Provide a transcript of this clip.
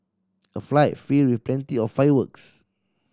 a fight filled with plenty of fireworks